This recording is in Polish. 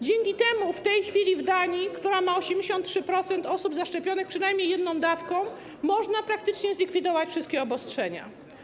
Dzięki temu w tej chwili w Danii, która ma 83% osób zaszczepionych przynajmniej jedną dawką, można praktycznie zlikwidować wszystkie obostrzenia.